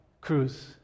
Cruz